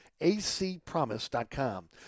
acpromise.com